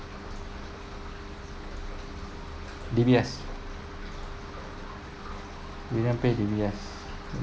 D_B_S UnionPay D_B_S